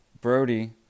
Brody